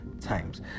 times